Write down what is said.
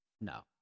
No